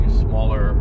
smaller